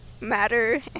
matter